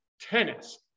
tennis